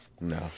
No